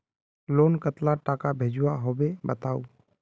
Loan कतला टाका भेजुआ होबे बताउ?